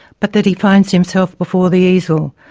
but that he finds himself before the easel,